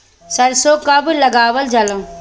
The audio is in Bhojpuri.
सरसो कब लगावल जाला?